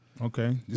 Okay